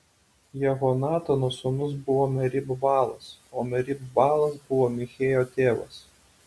jehonatano sūnus buvo merib baalas o merib baalas buvo michėjo tėvas